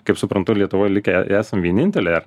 kaip suprantu lietuvoj likę esam vieninteliai ar